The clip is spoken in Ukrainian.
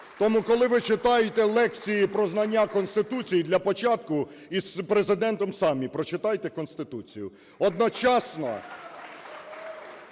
Тому, коли ви читаєте лекції про знання Конституції, для початку із Президентом самі прочитайте Конституцію. Одночасно